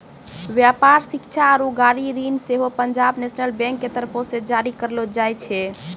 व्यापार, शिक्षा आरु गाड़ी ऋण सेहो पंजाब नेशनल बैंक के तरफो से जारी करलो जाय छै